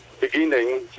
beginning